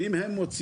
ואם הם מוצאים,